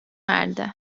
erdi